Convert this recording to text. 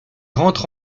rentre